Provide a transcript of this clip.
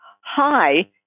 hi